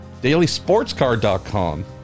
dailysportscar.com